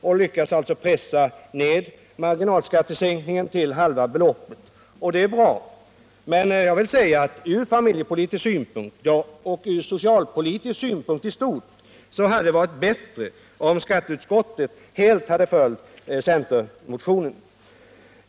Vi har därmed lyckats pressa ner marginalskattesänkningen till halva beloppet. Det är bra, men från familjepolitisk och socialpolitisk synpunkt i stort hade det varit bättre om skatteutskottet helt hade följt centermotionen.